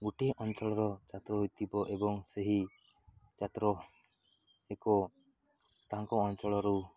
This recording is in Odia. ଗୋଟିଏ ଅଞ୍ଚଳର ଛାତ୍ର ହୋଇଥିବ ଏବଂ ସେହି ଛାତ୍ର ଏକ ତାଙ୍କ ଅଞ୍ଚଳରୁ